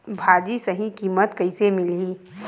भाजी सही कीमत कइसे मिलही?